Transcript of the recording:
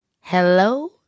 Hello